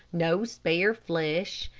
no spare flesh,